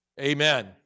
Amen